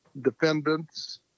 defendants